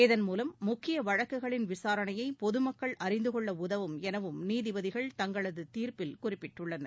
இதன்மூலம் முக்கிய வழக்குகளின் விசாரணையை பொது மக்கள் அறிந்து கொள்ள உதவும் எனவும் நீதிபதிகள் தங்களது தீரப்பில் குறிப்பிட்டுள்ளனர்